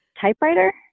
typewriter